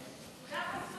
חלקם יראו אותה מהבית.